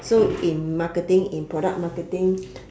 so in marketing in product marketing